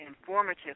informative